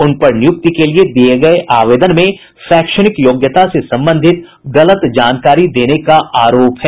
उन पर नियुक्ति के लिए दिये गये आवेदन में शैक्षणिक योग्यता से संबंधित गलत जानकारी देने का आरोप है